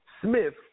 Smith